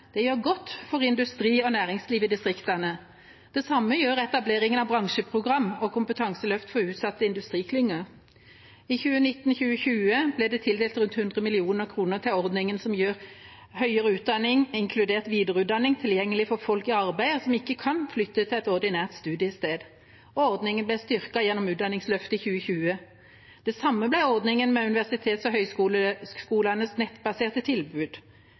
det gjør godt for industri og næringsliv i distriktene. Det samme gjør etableringen av bransjeprogram og kompetanseløft for utsatte industriklynger. I 2019–2020 ble det tildelt rundt 100 mill. kr til ordningen som gjør høyere utdanning, inkludert videreutdanning, tilgjengelig for folk i arbeid, og som ikke kan flytte til et ordinært studiested. Ordningen ble styrket gjennom Utdanningsløftet i 2020. Det samme ble ordningen med universitetenes og høgskolenes nettbaserte tilbud.